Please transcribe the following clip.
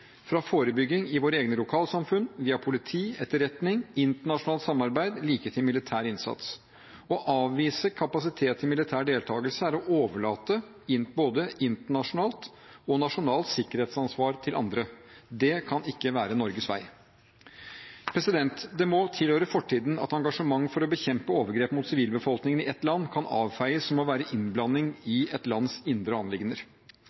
fra forebygging i våre egne lokalsamfunn via politi, etterretning, internasjonalt samarbeid like til militær innsats. Å avvise kapasitet til militær deltagelse er å overlate både internasjonalt og nasjonalt sikkerhetsansvar til andre. Det kan ikke være Norges vei. Det må tilhøre fortiden at engasjement for å bekjempe overgrep mot sivilbefolkningen i et land kan avfeies som å være innblanding